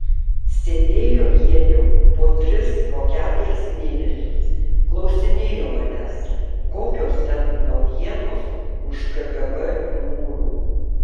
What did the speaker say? sėdėjo jie jau po tris po keturis mėnesius klausinėjo manęs kokios ten naujienos už kgb mūrų